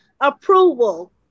approval